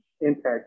impact